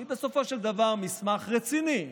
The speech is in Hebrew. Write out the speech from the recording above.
היא בסופו של דבר מסמך רציני,